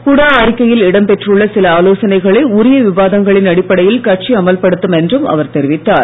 ஹுடா அறிக்கையில் இடம்பெற்றுள்ள சில விவாதங்களின் அடிப்படையில் கட்சி அமல்படுத்தும் என்றும் அவர் தெரிவித்தார்